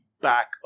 back